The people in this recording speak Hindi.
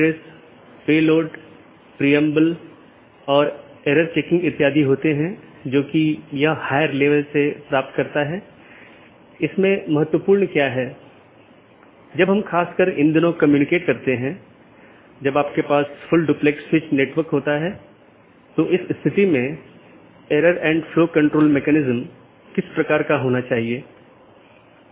दूसरे अर्थ में हमारे पूरे नेटवर्क को कई ऑटॉनमस सिस्टम में विभाजित किया गया है जिसमें कई नेटवर्क और राउटर शामिल हैं जो ऑटॉनमस सिस्टम की पूरी जानकारी का ध्यान रखते हैं हमने देखा है कि वहाँ एक बैकबोन एरिया राउटर है जो सभी प्रकार की चीजों का ध्यान रखता है